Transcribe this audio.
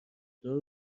دار